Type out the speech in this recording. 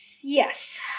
Yes